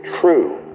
true